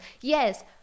yes